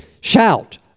Shout